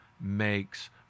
makes